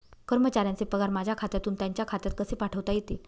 कर्मचाऱ्यांचे पगार माझ्या खात्यातून त्यांच्या खात्यात कसे पाठवता येतील?